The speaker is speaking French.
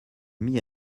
mis